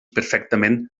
perfectament